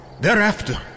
Thereafter